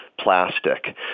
plastic